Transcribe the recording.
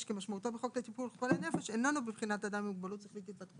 אנחנו קובעים שיש כאן קבוצה של אנשים עם מוגבלות בהתאם לחוק